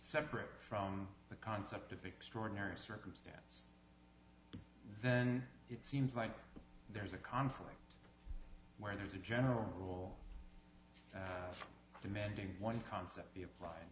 separate from the concept of extraordinary circumstance then it seems like there's a conflict where there's a general rule demanding one concept be a